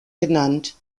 genannt